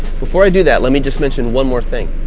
before i do that? let me just mention one more thing.